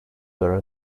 were